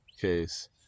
case